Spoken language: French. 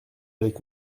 avec